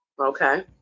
okay